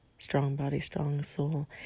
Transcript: strongbodystrongsoul